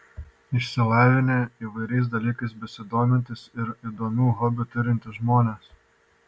išsilavinę įvairiais dalykais besidomintys ir įdomių hobių turintys žmonės